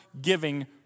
giving